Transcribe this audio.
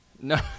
No